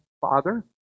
Father